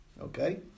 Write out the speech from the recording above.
okay